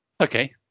Okay